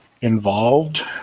involved